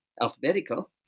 alphabetical